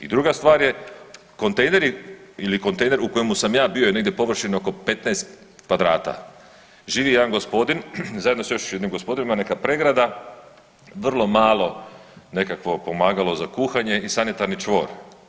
I druga stvar je kontejneri ili kontejner u kojemu sam ja bio je negdje površine oko 15 kvadrata, živi jedan gospodin zajedno sa još jednim gospodinom, ima neka pregrada, vrlo malo nekakvo pomagalo za kuhanje i sanitarni čvor.